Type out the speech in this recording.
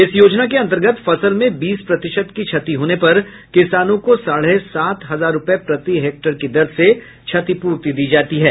इस योजना के अन्तर्गत फसल में बीस प्रतिशत की क्षति होने पर किसानों को साढ़े सात हजार रूपये प्रति हेक्टेयर की दर से क्षतिपूर्ति दी जाती है